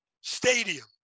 stadium